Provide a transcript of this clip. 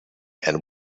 and